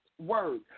word